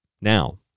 Now